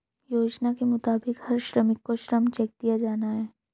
योजना के मुताबिक हर श्रमिक को श्रम चेक दिया जाना हैं